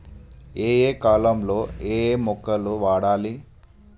ఏయే కాలంలో ఏయే మొలకలు వాడాలి?